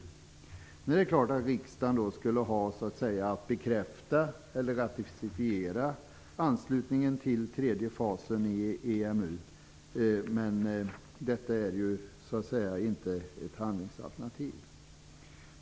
Sedan är det klart att riksdagen skall bekräfta eller ratificera anslutningen till tredje fasen i EMU, men detta är ju så att säga inte ett handlingsalternativ.